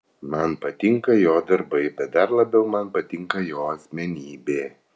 man patinka jo darbai bet dar labiau man patinka jo asmenybė